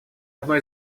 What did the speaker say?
одно